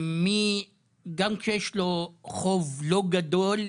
מי, גם כשיש לו חוב לא גדול,